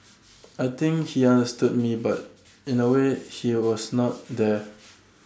I think he understood me but in A way he was not there